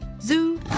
Zoo